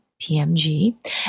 PMG